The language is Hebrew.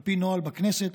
על פי הנוהל בכנסת,